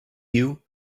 you